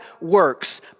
works